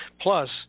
Plus